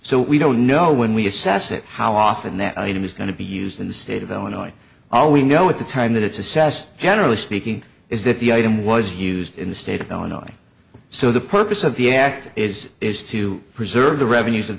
so we don't know when we assess it how often that item is going to be used in the state of illinois all we know at the time that it's assess generally speaking is that the item was used in the state of illinois so the purpose of the act is is to preserve the revenues